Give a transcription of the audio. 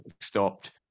stopped